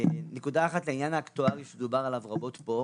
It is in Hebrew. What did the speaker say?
נקודה אחת לעניין האקטוארי שדובר עליו רבות פה.